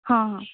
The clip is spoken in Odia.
ହଁ ହଁ